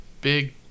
big